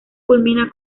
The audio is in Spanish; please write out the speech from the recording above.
culmina